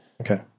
Okay